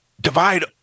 divide